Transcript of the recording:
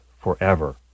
forever